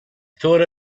thought